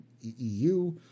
EU